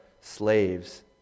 slaves